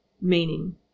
meaning